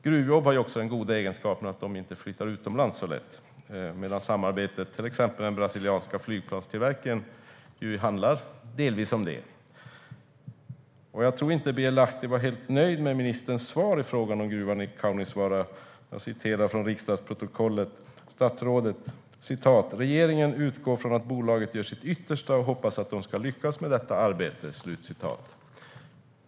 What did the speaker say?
Gruvjobb har också den goda egenskapen att de inte flyttar utomlands så lätt, medan till exempel samarbetet med den brasilianska flygplanstillverkaren handlar delvis om det. Jag tror inte att Birger Lahti var helt nöjd med ministerns svar om gruvan i Kaunisvaara. Jag citerar ur riksdagsprotokollet: "Regeringen utgår från att bolaget gör sitt yttersta och hoppas att de ska lyckas med detta arbete."